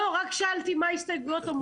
רק שאלתי מה ההסתייגויות אומרות.